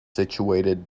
situated